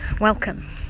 Welcome